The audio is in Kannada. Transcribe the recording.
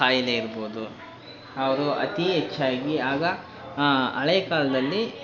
ಕಾಯಿಲೆ ಇರ್ಬೋದು ಅವರು ಅತೀ ಹೆಚ್ಚಾಗಿ ಆಗ ಹಳೆ ಕಾಲದಲ್ಲಿ